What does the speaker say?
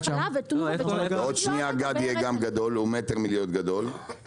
עוד שנייה גד גם יהיה גדול, הוא מטר מלהיות גדול.